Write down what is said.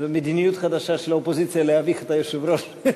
זו מדיניות חדשה של האופוזיציה להביך את היושב-ראש?